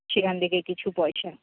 সেখান থেকে কিছু পয়সা